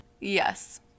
Yes